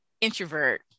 introvert